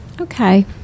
Okay